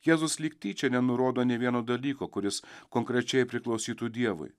jėzus lyg tyčia nenurodo nė vieno dalyko kuris konkrečiai priklausytų dievui